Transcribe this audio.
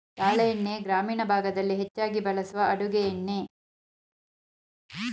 ತಾಳೆ ಎಣ್ಣೆ ಗ್ರಾಮೀಣ ಭಾಗದಲ್ಲಿ ಹೆಚ್ಚಾಗಿ ಬಳಸುವ ಅಡುಗೆ ಎಣ್ಣೆ